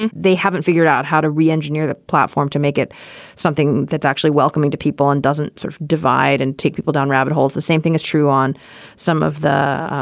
and they haven't figured out how to re-engineer the platform to make it something that's actually welcoming to people and doesn't sort of divide and take people down rabbit holes. the same thing is true on some of the